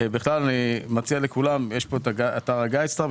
ואני מציע לכולם להיכנס לאתר ה-guide star.